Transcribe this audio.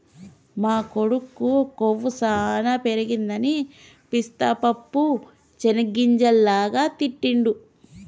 మా కొడుకు కొవ్వు సానా పెరగదని పిస్తా పప్పు చేనిగ్గింజల లాగా తింటిడు